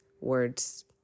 words